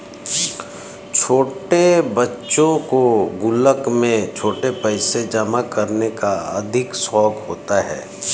छोटे बच्चों को गुल्लक में छुट्टे पैसे जमा करने का अधिक शौक होता है